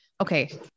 Okay